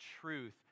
truth